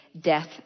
death